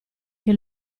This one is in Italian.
che